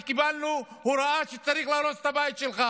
כי קיבלנו הוראה שצריך להרוס את הבית שלך